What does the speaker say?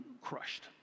crushed